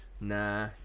Nah